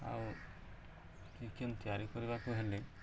ଆଉ ଚିକେନ୍ ତିଆରି କରିବାକୁ ହେଲେ